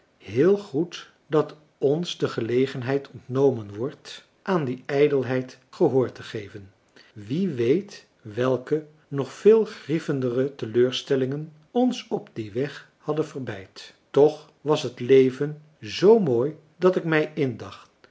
heel goed dat ons de gelegenheid ontnomen wordt aan die ijdelheid gehoor te geven wie weet welke nog veel grievendere teleurstellingen ons op dien weg hadden verbeid toch was het leven zoo mooi dat ik mij indacht